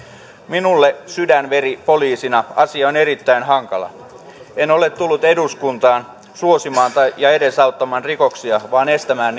minulle sydänveripoliisina asia on erittäin hankala en ole tullut eduskuntaan suosimaan ja edesauttamaan rikoksia vaan estämään